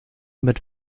mit